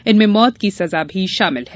इनमें मौत की सजा भी शामिल है